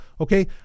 Okay